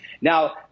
Now